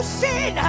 sin